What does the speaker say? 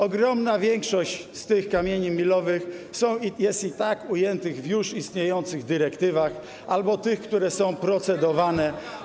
Ogromna większość tych kamieni milowych jest i tak ujęta w już istniejących dyrektywach albo tych, które są procedowane.